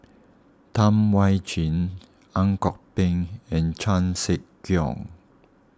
Tam Wai Jia Ang Kok Peng and Chan Sek Keong